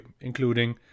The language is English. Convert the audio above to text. including